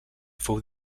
fou